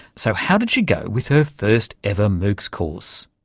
so how did she go with her first ever moocs course?